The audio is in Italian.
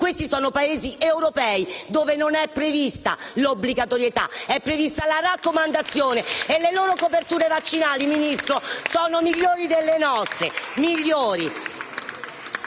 tabella sono Paesi europei, dove non è prevista l'obbligatorietà, ma è prevista la raccomandazione e le loro coperture vaccinali sono migliori delle nostre. *(Applausi